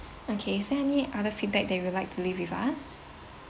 okay is there any other feedback that you would like to leave with us